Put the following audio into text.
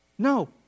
No